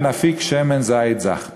ונפיק שמן זית זך.